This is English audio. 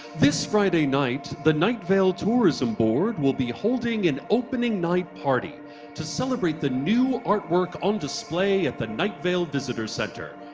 this friday night the night vale tourism board will be holding an opening night party to celebrate the new artwork on display at the night vale visiter center.